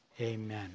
Amen